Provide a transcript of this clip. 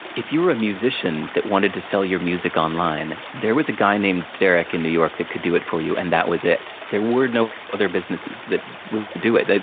if you were a musician that wanted to sell your music online, there was a guy named derek in new york that could do it for you, and that was it. there were no other businesses that would do it.